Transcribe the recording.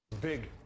big